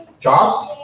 jobs